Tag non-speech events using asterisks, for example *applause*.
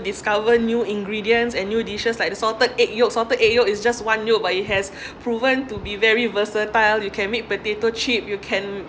discover new ingredients and new dishes like the salted egg yolk salted egg yolk is just one yolk but it has *breath* proven to be very versatile you can make potato chip you can